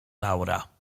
laura